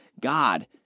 God